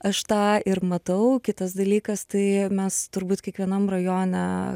aš tą ir matau kitas dalykas tai mes turbūt kiekvienam rajone